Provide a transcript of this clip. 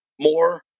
more